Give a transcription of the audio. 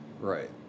right